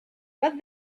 but